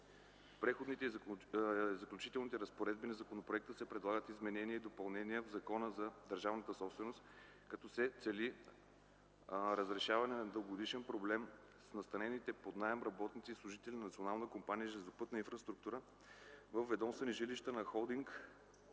В Преходните и заключителните разпоредби на законопроекта се предлагат изменения и допълнения в Закона за държавната собственост, като се цели разрешаване на дългогодишен проблем с настанените под наем работници и служители на Национална компания „Железопътна инфраструктура” във ведомствени жилища на „Холдинг